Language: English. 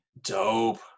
Dope